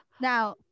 Now